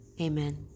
Amen